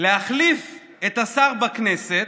להחליף את השר בכנסת,